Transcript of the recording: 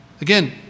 again